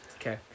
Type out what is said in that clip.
Okay